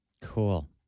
Cool